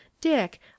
Dick